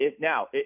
now